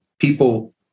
people